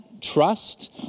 trust